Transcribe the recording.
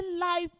life